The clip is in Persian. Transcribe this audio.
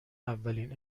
اولین